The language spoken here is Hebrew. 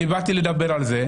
באתי לדבר על זה,